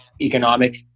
economic